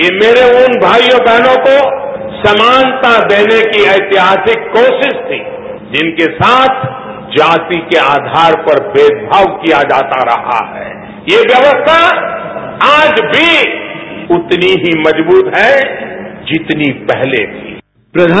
ये मेरे उन भाइयों बहनों को समानता देने की ऐतिहासिक कोशिश थी जिनके साथ जाति के आधार पर भेदभाव किया जाता रहा है ये व्यवस्था आज भी उतनी ही मजबूत है जितनी पहले थी